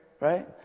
Right